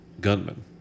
gunman